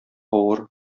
авыр